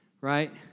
right